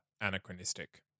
anachronistic